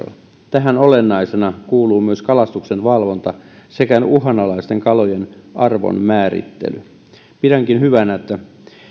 tähän olennaisena kuuluu myös kalastuksen valvonta sekä uhanalaisten kalojen arvon määrittely pidänkin hyvänä että